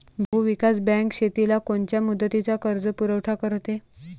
भूविकास बँक शेतीला कोनच्या मुदतीचा कर्जपुरवठा करते?